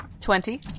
Twenty